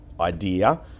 idea